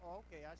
okay